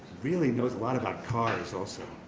really knows a lot about cars also,